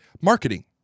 marketing